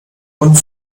und